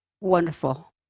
Wonderful